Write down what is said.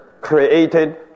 created